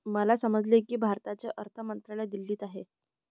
मला समजले की भारताचे अर्थ मंत्रालय दिल्लीत आहे